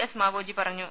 S മാവോജി പറഞ്ഞു